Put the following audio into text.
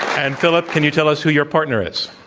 and, philip, can you tell us who your partner is?